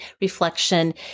reflection